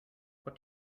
what